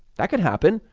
that could happen,